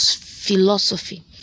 philosophy